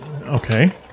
Okay